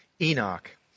Enoch